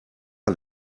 gar